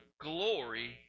glory